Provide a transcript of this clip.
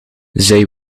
zij